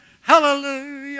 hallelujah